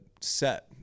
set